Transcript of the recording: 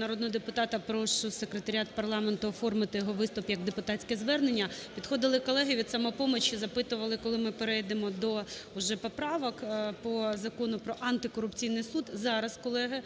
народного депутата прошу секретаріат парламенту оформити його виступ як депутатське звернення. Підходили колеги від "Самопомочі", запитували, коли ми перейдемо до вже поправок по Закону про антикорупційний суд. Зараз, колеги,